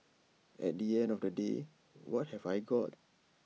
at the end of the day what have I got